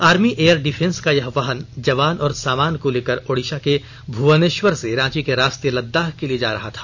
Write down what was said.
army air defence का यह वाहन जवान और सामान को लेकर ओडिशा के भ्वनेश्वर से रांची के रास्ते लद्दाख के लिए जा रहा था